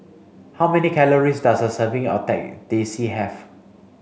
how many calories does a serving of Teh C have